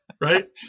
Right